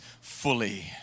fully